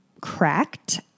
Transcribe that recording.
Cracked